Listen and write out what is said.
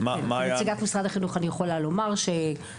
כנציגת משרד החינוך אני יכולה לומר שמרגע